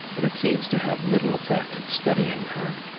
but it seems to have little effect in steadying her,